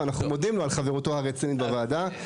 ואנחנו מודים לו על חברותו הרצינית בוועדה.